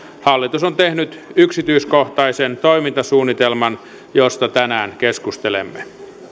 hallitus on tehnyt yksityiskohtaisen toimintasuunnitelman josta tänään keskustelemme